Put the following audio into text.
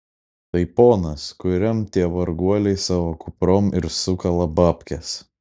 tai ponas kuriam tie varguoliai savo kuprom ir sukala babkes